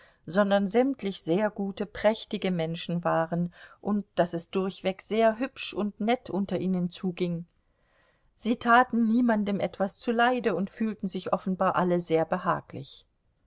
sondern sämtlich sehr gute prächtige menschen waren und daß es durchweg sehr hübsch und nett unter ihnen zuging sie taten niemandem etwas zuleide und fühlten sich offenbar alle sehr behaglich